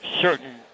certain